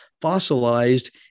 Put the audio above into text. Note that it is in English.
fossilized